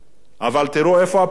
אבל תראו איפה הפתרונות